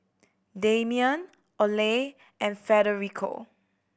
Damian Oley and Federico